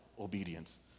Obedience